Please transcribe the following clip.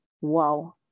wow